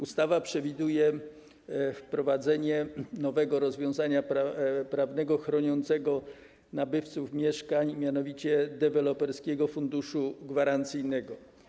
Ustawa przewiduje wprowadzenie nowego rozwiązania prawnego chroniącego nabywców mieszkań, mianowicie Deweloperskiego Funduszu Gwarancyjnego.